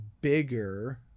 bigger